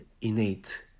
innate